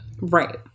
Right